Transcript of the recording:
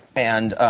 and,